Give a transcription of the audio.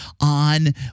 on